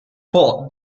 può